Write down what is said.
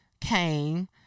came